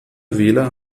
wähler